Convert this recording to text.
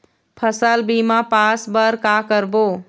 फसल बीमा पास बर का करबो?